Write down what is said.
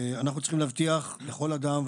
אני צריכים להבטיח לכל אדם,